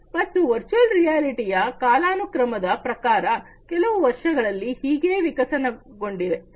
ಮತ್ತೆ ವರ್ಚುವಲ್ ರಿಯಾಲಿಟಿಯ ಕಾಲಾನುಕ್ರಮದ ಪ್ರಕಾರ ಹಲವು ವರ್ಷಗಳಲ್ಲಿ ಹೇಗೆ ವಿಕಸನಗೊಂಡಿವೆ